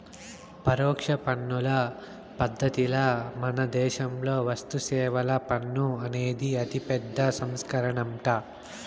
పరోక్ష పన్నుల పద్ధతిల మనదేశంలో వస్తుసేవల పన్ను అనేది ఒక అతిపెద్ద సంస్కరనంట